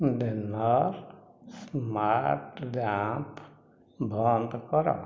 ଡେନର smart lamp ବନ୍ଦ କର